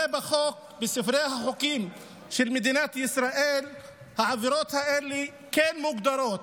הרי בספרי החוקים של מדינת ישראל העבירות האלה כן מוגדרות,